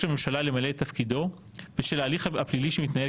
הממשלה למלא את תפקידו בשל ההליך הפלילי שמתנהל